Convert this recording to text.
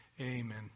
Amen